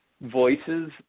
voices